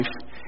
life